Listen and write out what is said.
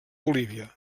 bolívia